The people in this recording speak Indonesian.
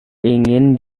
ingin